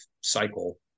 cycle